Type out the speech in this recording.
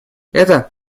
это